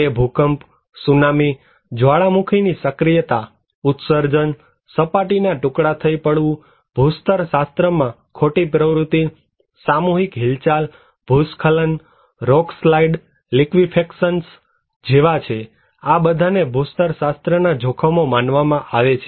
તે ભૂકંપ સુનામી જ્વાળામુખીની સક્રીયતા ઉત્સર્જનસપાટીના ટુકડા થઈ પડવું ભૂસ્તરશાસ્ત્રમા ખોટી પ્રવૃતિ સામૂહિક હિલચાલ ભૂસ્ખલન રોક સ્લાઇડ્સ લિક્વિફેક્શન્સ જેવા છેઆ બધાને ભૂસ્તરશાસ્ત્રના જોખમો માનવામાં આવે છે